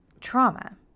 trauma